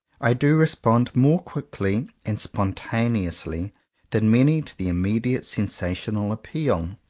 i do respond more quickly and spontaneous ly than many to the immediate sensational appeal.